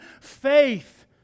faith